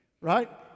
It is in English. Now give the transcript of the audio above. right